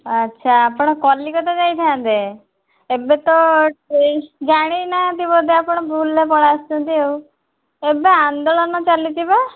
ଆଚ୍ଛା ଆପଣ କଲିକତା ଯାଇଥାନ୍ତେ ଏବେ ତ ଜାଣି ନାହାନ୍ତି ବୋଧେ ଆପଣ ଭୁଲ୍ରେ ପଳେଇ ଆସିଛନ୍ତି ଆଉ ଏବେ ଆନ୍ଦୋଳନ ଚାଲିଛି ବା